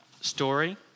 story